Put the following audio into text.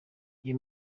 iyo